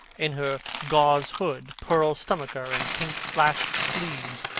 in her gauze hood, pearl stomacher, and pink slashed sleeves.